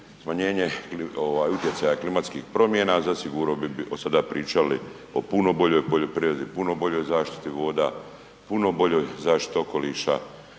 smanjenje utjecaja klimatskih promjena zasigurno bi sada pričali o puno boljoj poljoprivredi, puno boljoj zaštiti voda, puno boljoj zaštiti okoliša